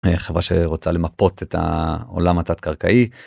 חברה שרוצה למפות את העולם התת-קרקעי.